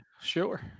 sure